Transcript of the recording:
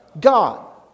God